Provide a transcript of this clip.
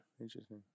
Interesting